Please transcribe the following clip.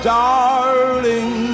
darling